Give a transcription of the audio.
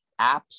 apps